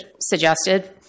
suggested